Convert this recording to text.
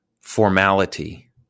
formality